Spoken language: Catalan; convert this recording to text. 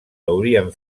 haurien